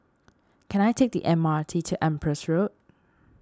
can I take the M R T to Empress Road